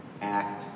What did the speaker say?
act